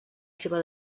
seva